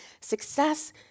Success